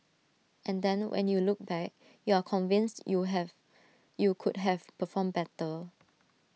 and then when you look back you are convinced you have you could have performed better